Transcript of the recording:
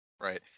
Right